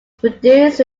produced